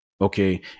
okay